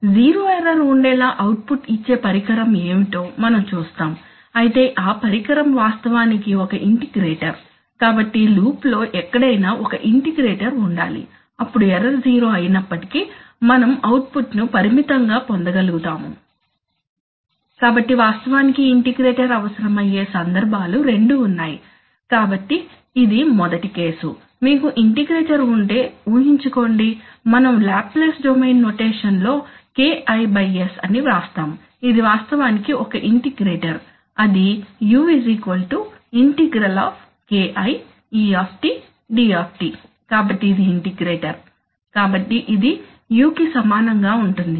కాబట్టి zero error ఉండేలా output ఇచ్చే పరికరం ఏమిటో మనం చూస్తాము ఆయితే ఆ పరికరం వాస్తవానికి ఒక ఇంటిగ్రేటర్ కాబట్టి లూప్లో ఎక్కడైనా ఒక ఇంటిగ్రేటర్ ఉండాలి అప్పుడు ఎర్రర్ జీరో అయినప్పటికీ మనం అవుట్పుట్ ను పరిమితంగా పొందగలుగుతాము కాబట్టి వాస్తవానికి ఇంటిగ్రేటర్ అవసరమయ్యే సందర్భాలు రెండు ఉన్నాయి కాబట్టి ఇది మొదటి కేసు మీకు ఇంటిగ్రేటర్ ఉంటే ఊహించుకోండి మనం లాప్లేస్ డొమైన్ నొటేషన్ లో Kis అని వ్రాస్తాము ఇది వాస్తవానికి ఒక ఇంటిగ్రేటర్ అది U ∫ Ki e d కాబట్టి ఇది ఇంటిగ్రేటర్ కాబట్టి ఇది u కి సమానం గా ఉంటుంది